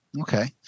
okay